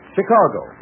Chicago